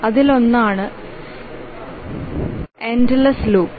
അതിലൊന്നാണ് endless loop